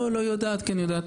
לא יודעת כן יודעת.